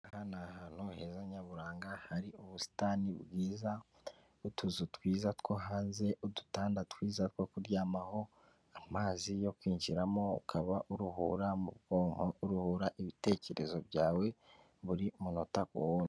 Aha ni ahantu heza nyaburanga hari ubusitani bwiza, utuzu twiza two hanze, udutanda twiza two kuryamaho, amazi yo kwinjiramo ukaba uruhura mu bwonko, uruhura ibitekerezo byawe buri munota ku wundi.